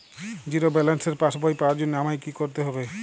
Zero ব্যালেন্সের পাসবই পাওয়ার জন্য আমায় কী করতে হবে?